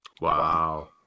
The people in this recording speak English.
Wow